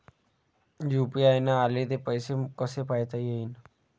UPI न आले ते पैसे मले कसे पायता येईन?